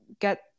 get